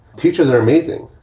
teachers are amazing.